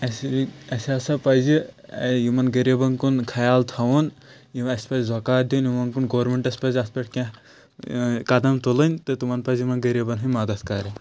اسہِ یہِ اسہِ ہسا پَزِ ٲں یِمَن غریٖبَن کُن خیال تھاوُن یِم اسہِ پَزِ زَکات دیٛن یِمَن کُن گورمِنٹس پزِ اَتھ پٮ۪ٹھ کیٚنٛہہ ٲں قدم تُلٕنۍ تہٕ تٕمَن پَزِ یِمَن غریٖبَن ہنٛدۍ مَدد کَرٕنۍ